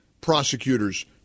prosecutors